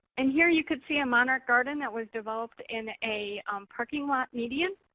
and here you can see a monarch garden that was developed in a parking lot median.